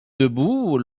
debout